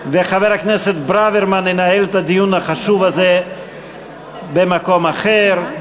וחבר הכנסת ברוורמן ינהל את הדיון החשוב הזה במקום אחר.